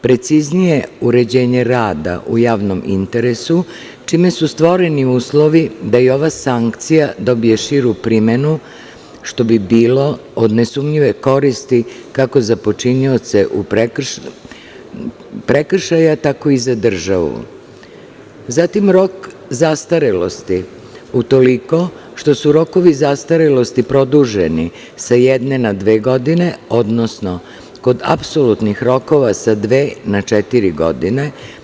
Preciznije uređenje rada u javnom interesu, čime su stvoreni uslovi da i ova sankcija dobije širu primenu, što bi bilo kod nesumnjive koristi kako za počinioce prekršaja tako i za državu; rok zastarelosti, utoliko što su rokovi zastarelosti produženi sa jedne na dve godine, odnosno kod apsolutnih rokova sa dve na četiri godine.